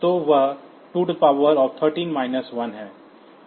तो वह 213 1 है